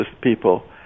people